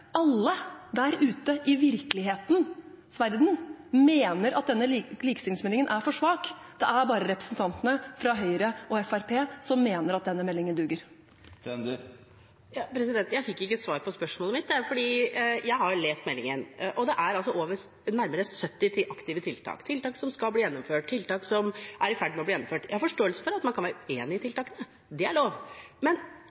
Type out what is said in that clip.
alle der ute i virkelighetens verden – mener at denne likestillingsmeldingen er for svak. Det er bare representantene fra Høyre og Fremskrittspartiet som mener at denne meldingen duger. Jeg fikk ikke svar på spørsmålet mitt. Jeg har lest meldingen, og den inneholder nærmere 70 aktive tiltak, tiltak som skal bli gjennomført, og tiltak som er i ferd med å bli gjennomført. Jeg har forståelse for at man kan være uenig i tiltakene – det er lov – men